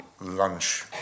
lunch